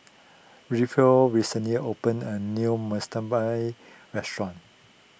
recently opened a new restaurant